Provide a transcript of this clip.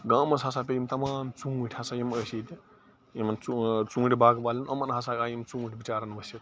گامَس ہسا پیٚے یِم تمام ژوٗنٛٹھۍ ہسا یِم ٲسۍ ییٚتہِ یِمَن ژوٗ ٲں ژوٗنٛٹھۍ باغہٕ والیٚن یِمَن ہسا آے یِم ژوٗنٛٹھۍ بِچاریٚن ؤسِتھ